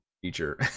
feature